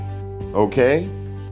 okay